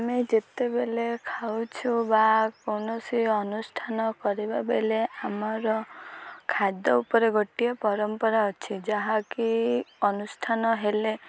ଆମେ ଯେତେବେଳେ ଖାଉଛୁ ବା କୌଣସି ଅନୁଷ୍ଠାନ କରିବା ବେଳେ ଆମର ଖାଦ୍ୟ ଉପରେ ଗୋଟିଏ ପରମ୍ପରା ଅଛି ଯାହାକି ଅନୁଷ୍ଠାନ ହେଲେ